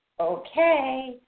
Okay